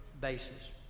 basis